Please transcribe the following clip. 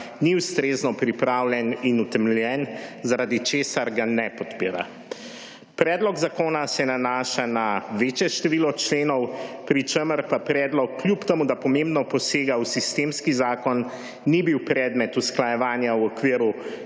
ni ustrezno pripravljen in utemeljen, zaradi česar ga ne podpira. Predlog zakona se nanaša na večje število členov, pri čemer pa predlog kljub temu, da pomembno posega v sistemski zakon, ni bil predmet usklajevanja v okviru